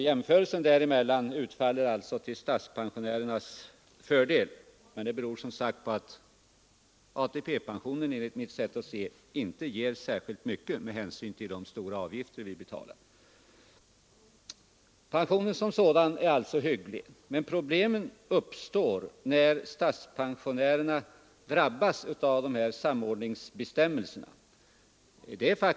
Jämförelsen utfaller alltså till statspensionärernas fördel, men det beror som sagt på att ATP-pensionen enligt mitt sätt att se inte ger särskilt mycket med hänsyn till de stora avgifter vi betalar. Pensionen är alltså hygglig, men problem uppstår när statspensionärerna drabbas av samordningsbestämmelserna.